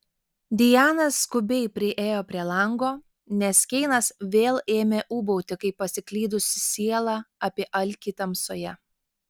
diana skubiai priėjo prie lango nes keinas vėl ėmė ūbauti kaip pasiklydusi siela apie alkį tamsoje